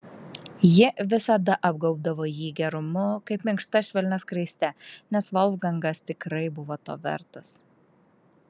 ji visada apgaubdavo jį gerumu kaip minkšta švelnia skraiste nes volfgangas tikrai buvo to vertas